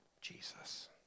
Jesus